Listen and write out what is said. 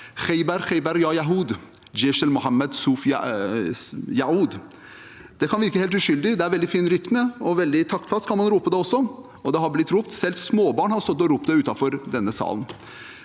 «Khaybar Khaybar ya yahud! Jaish Muhammed soufa ya’oud!» Det kan virke helt uskyldig; det er veldig fin rytme, og veldig taktfast kan man rope det også, og det har blitt ropt. Selv småbarn har stått og ropt det utenfor denne salen.